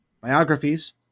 biographies